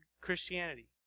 Christianity